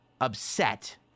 upset